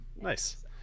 Nice